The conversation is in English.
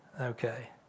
Okay